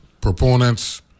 proponents